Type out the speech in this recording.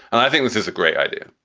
and i think this is a great idea.